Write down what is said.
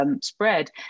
spread